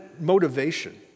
motivation